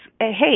hey